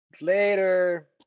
Later